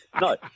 No